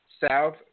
south